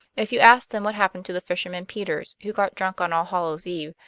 if you ask them what happened to the fisherman peters, who got drunk on all hallows eve,